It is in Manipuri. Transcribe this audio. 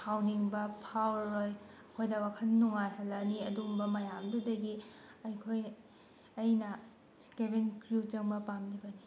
ꯁꯥꯎꯅꯤꯡꯕ ꯐꯥꯎꯔꯔꯣꯏ ꯑꯩꯈꯣꯏꯗ ꯋꯥꯈꯜ ꯅꯨꯡꯉꯥꯏꯍꯜꯂꯅꯤ ꯑꯗꯨꯒꯨꯝꯕ ꯃꯌꯥꯝꯗꯨꯗꯒꯤ ꯑꯩꯈꯣꯏ ꯑꯩꯅ ꯀꯦꯕꯤꯟ ꯀ꯭ꯔꯤꯌꯨ ꯆꯪꯕ ꯄꯥꯝꯂꯤꯕꯅꯤ